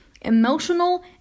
emotional